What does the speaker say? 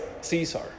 Caesar